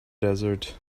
desert